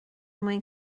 mwyn